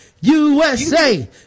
USA